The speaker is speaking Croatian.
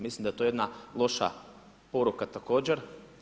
Mislim da je to jedna loša poruka također.